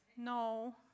no